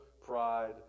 pride